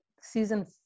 season